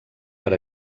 per